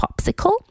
popsicle